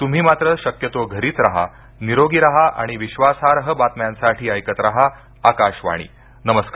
तुम्ही मात्र शक्यतो घरीच राहा निरोगी राहा आणि विश्वासार्ह बातम्यांसाठी ऐकत राहा आकाशवाणी नमस्कार